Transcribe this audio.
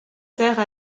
terre